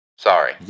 Sorry